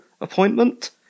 appointment